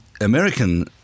American